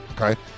okay